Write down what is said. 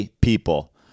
people